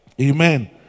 Amen